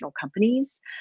companies